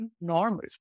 Normal